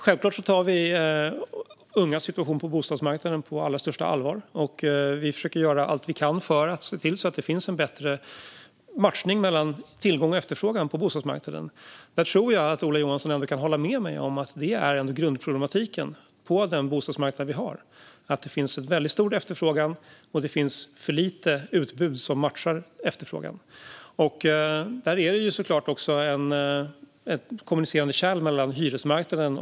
Självklart tar vi ungas situation på bostadsmarknaden på allra största allvar. Vi försöker göra allt vi kan för att se till att det finns en bättre matchning mellan tillgång och efterfrågan på bostadsmarknaden. Jag tror att Ola Johansson ändå kan hålla med mig om att grundproblematiken på den bostadsmarknad vi har är att det finns en väldigt stor efterfrågan och ett för litet utbud som matchar efterfrågan. Hyresmarknaden och den ägda marknaden är såklart också två kommunicerande kärl.